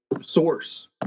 source